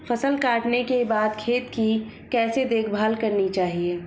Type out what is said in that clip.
फसल काटने के बाद खेत की कैसे देखभाल करनी चाहिए?